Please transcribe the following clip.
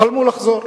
מי זה ה"מישהו",